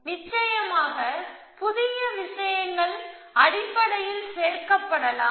நிச்சயமாக புதிய விஷயங்கள் அடிப்படையில் சேர்க்கப்படலாம்